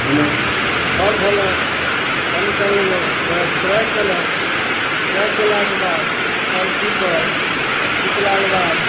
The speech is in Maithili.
ओइमे फल धेलक कनि कनि ओ वएहे स्प्रे कयलहुँ स्प्रे कयलाके बाद फल टिकल आओर टिकलाके बाद